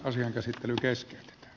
asian käsittely keskeytetään